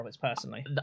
personally